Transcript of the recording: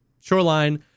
shoreline